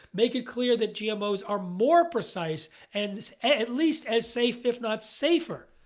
make it clear that gmos are more precise and it's at least as safe, if not safer.